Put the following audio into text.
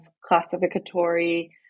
classificatory